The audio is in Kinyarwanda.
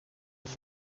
y’u